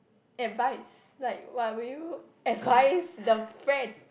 advice like what would you advice the friend